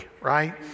right